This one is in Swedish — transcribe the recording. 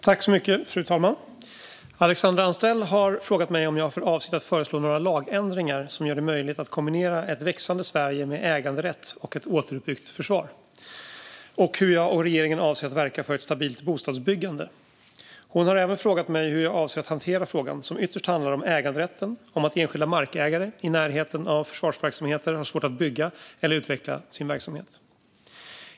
Fru talman! Alexandra Anstrell har frågat mig om jag har för avsikt att föreslå några lagändringar som gör det möjligt att kombinera ett växande Sverige med äganderätt och ett återuppbyggt försvar samt hur jag och regeringen avser att verka för ett stabilt bostadsbyggande. Hon har även frågat mig hur jag avser att hantera frågan, som ytterst handlar om äganderätten, om att enskilda markägare i närheten av försvarsverksamhet har svårt att bygga eller utveckla sin verksamhet.